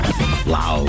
Loud